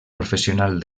professional